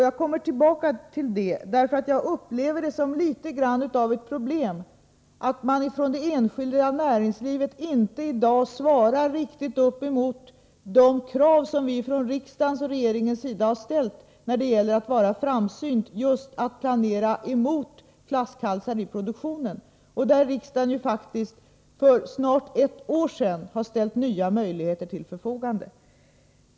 Jag kommer tillbaka till det, för jag upplever det som litet grand av ett problem att man från det enskilda näringslivet i dag inte riktigt uppfyller de krav som vi från riksdagens och regeringens sida har ställt när det gäller att vara framsynt och planera för att möta flaskhalsar i produktionen. Där ställde riksdagen faktiskt för snart ett år sedan nya möjligheter till förfogande.